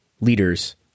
leaders